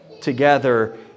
together